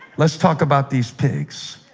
let's talk about these pigs